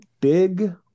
big